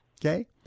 Okay